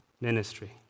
ministry